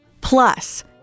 Plus